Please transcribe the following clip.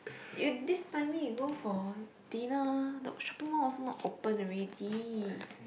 you this timing you go for dinner the shopping mall also not open already